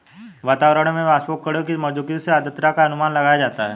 वातावरण में वाष्पकणों की मौजूदगी से आद्रता का अनुमान लगाया जाता है